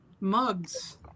mugs